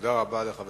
תודה רבה לחבר